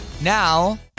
Now